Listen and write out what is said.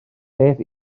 beth